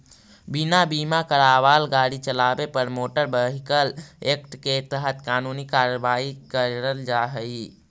बिना बीमा करावाल गाड़ी चलावे पर मोटर व्हीकल एक्ट के तहत कानूनी कार्रवाई करल जा हई